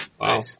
Wow